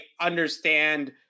understand